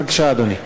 בבקשה, אדוני.